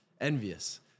envious